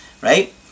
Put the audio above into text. Right